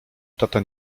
tata